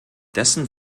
dessen